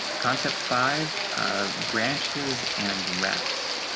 concept five branches and reps.